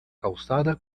calçada